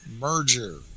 merger